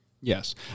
Yes